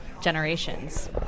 generations